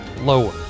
lower